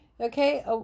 Okay